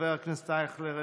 חבר הכנסת אייכלר,